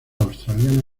australiana